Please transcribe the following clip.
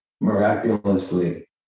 Miraculously